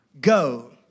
Go